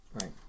Right